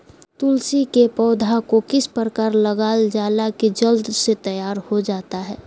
तुलसी के पौधा को किस प्रकार लगालजाला की जल्द से तैयार होता है?